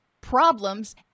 problems